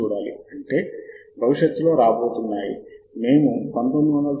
Thomson Reuters యాజమాన్యంలోని EndNote portal ద్వారా వెళ్ళిన తర్వాత మాత్రమే అందుబాటులో ఉంటుంది